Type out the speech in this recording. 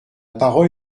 parole